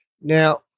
Now